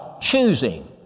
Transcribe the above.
choosing